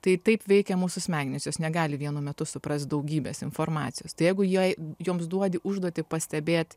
tai taip veikia mūsų smegenys jos negali vienu metu suprast daugybės informacijos jeigu jai joms duodi užduotį pastebėt